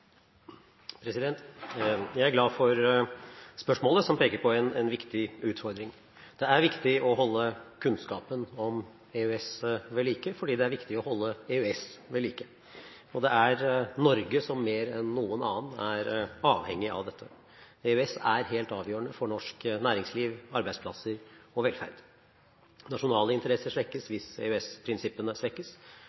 Jeg er glad for spørsmålet, som peker på en viktig utfordring. Det er viktig å holde kunnskapen om EØS ved like, fordi det er viktig å holde EØS ved like. Det er Norge som mer enn noen annen er avhengig av dette. EØS er helt avgjørende for norsk næringsliv, arbeidsplasser og velferd. Nasjonale interesser svekkes